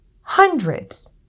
hundreds